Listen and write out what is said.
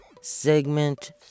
segment